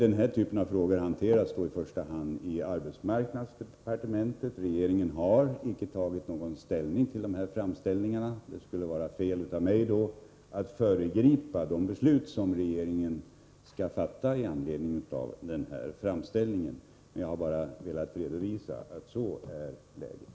Den här typen av frågor hanteras i första hand i arbetsdepartementet. Regeringen har icke tagit ställning till dessa framställningar. Det skulle då vara fel av mig att föregripa de beslut som regeringen skall fatta med anledning av framställningarna. — Jag har bara velat redovisa att det är läget.